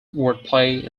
wordplay